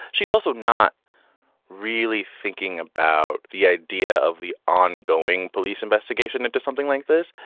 she's also not really thinking about the idea of the ongoing police investigation into something like this.